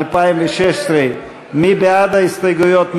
2016. מי בעד ההסתייגויות?